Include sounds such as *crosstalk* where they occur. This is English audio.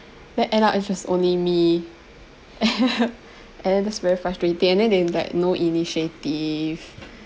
then end up it's just only me *laughs* and then that's very frustrating and then they like no initiative